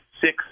six